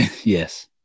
Yes